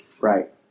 right